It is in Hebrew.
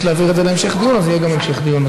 להעביר את זה להמשך דיון אז יהיה גם המשך דיון,